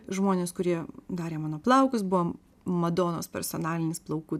žmonės kurie darė mano plaukus buvom madonos personalinis plaukų